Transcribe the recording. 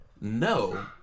no